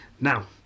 Now